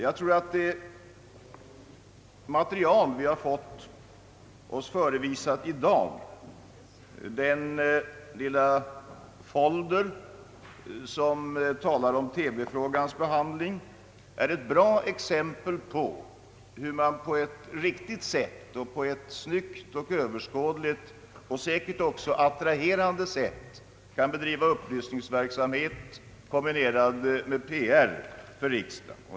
Jag tror att det material vi har fått förevisat för oss i dag, den lilla folder som talar om TV:frågans behandling, är ett bra exempel på hur man på ett riktigt, snyggt och överskådligt och säkert även attraherande sätt kan bedriva upplysningsverksamhet, kombinerad med PR för riksdagen.